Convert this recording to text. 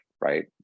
right